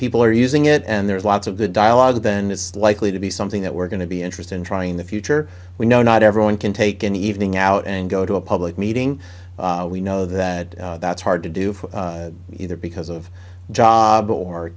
people are using it and there's lots of the dialogue then it's likely to be something that we're going to be interested in trying in the future we know not everyone can take an evening out and go to a public meeting we know that that's hard to do for either because of job or